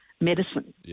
medicine